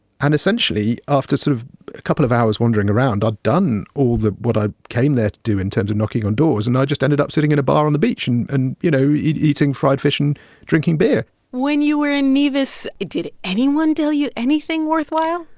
and essentially, after sort of a couple of hours wandering around, i'd done all the what i came there to do in terms of knocking on doors, and i just ended up sitting in a bar on the beach and, you know, eating fried fish and drinking beer when you were in nevis, did anyone tell you anything worthwhile?